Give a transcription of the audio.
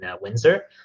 Windsor